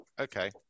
Okay